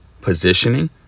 positioning